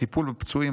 הטיפול בפצועים,